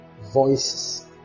voices